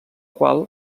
qual